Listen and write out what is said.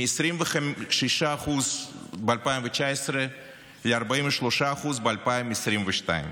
מ-26% ב-2019 ל-43% ב-2022.